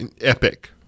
Epic